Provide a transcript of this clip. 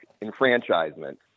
enfranchisement